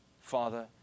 Father